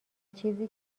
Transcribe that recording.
چیزی